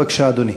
בבקשה, אדוני.